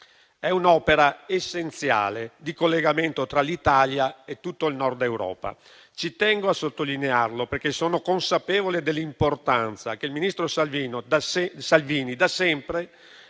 di un'opera essenziale di collegamento tra l'Italia e tutto il Nord Europa: ci tengo a sottolinearlo, perché sono consapevole dell'importanza che il ministro Salvini ha da sempre